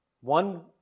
One